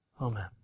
Amen